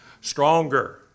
Stronger